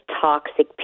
toxic